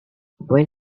when